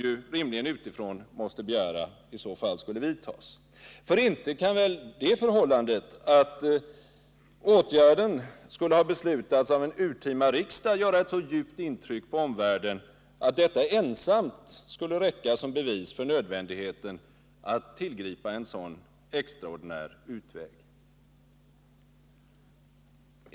Andra slag av åtgärder måste ju rimligen begäras utifrån, för inte kan väl det förhållandet att åtgärden skulle ha beslutats av en urtima riksdag göra ett så djupt intryck på omvärlden att detta ensamt skulle räcka som bevis för nödvändigheten att tillgripa denna extraordinära utväg?